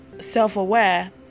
self-aware